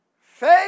Faith